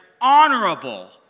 honorable